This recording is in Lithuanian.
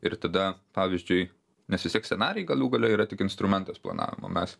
ir tada pavyzdžiui nes vis tiek scenarijai galų gale yra tik instrumentas planavimo mes